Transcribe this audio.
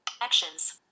actions